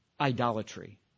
idolatry